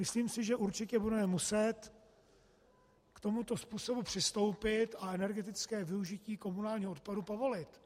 Myslím si, že určitě budeme muset k tomuto způsobu přistoupit a energetické využití komunálního odpadu povolit.